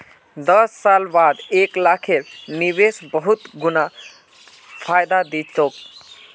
दस साल बाद एक लाखेर निवेश बहुत गुना फायदा दी तोक